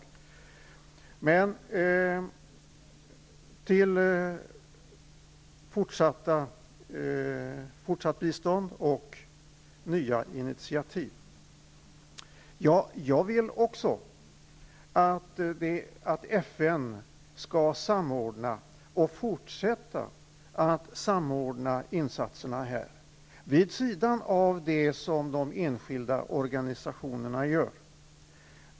När det gäller fortsatt bistånd och nya initiativ vill jag också att FN skall fortsätta att samordna insatserna vid sidan av det som de enskilda organisationerna gör.